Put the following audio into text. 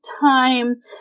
time